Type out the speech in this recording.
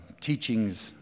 teachings